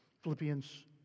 Philippians